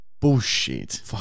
Bullshit